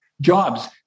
jobs